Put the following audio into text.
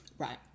Right